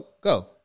go